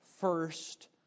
first